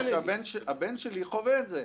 אני יודע מה קורה בגלל שהבן שלי חווה את זה.